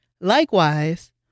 Likewise